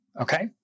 Okay